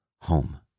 Home